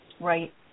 right